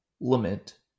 lament